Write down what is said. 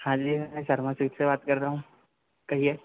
हाँ जी हाँ शर्मा स्वीट्स से बात कर रहा हूँ कहिए